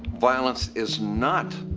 violence is not